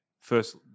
first